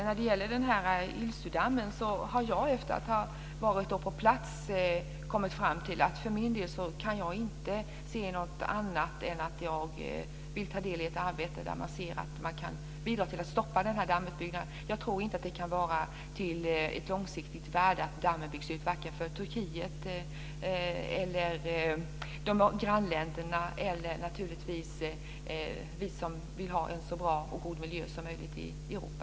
När det gäller Ilisudammen har jag efter att ha varit på plats kommit fram till att jag för min del inte kan se något annat än att jag vill ta del i ett arbete som kan bidra till att stoppa dammutbyggnaden. Jag tror inte att det kan vara av långsiktigt värde att dammen byggs ut vare sig för Turkiet, grannländerna eller naturligtvis för oss som vill ha en så bra och god miljö som möjligt i Europa.